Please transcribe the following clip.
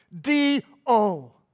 D-O